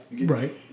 Right